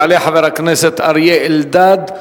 יעלה חבר הכנסת אריה אלדד.